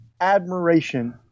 admiration